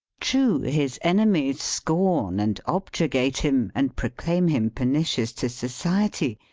true, his enemies scorn and objurgate him, and proclaim him pernicious to society.